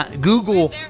Google